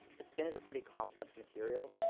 the skin is a pretty complex material.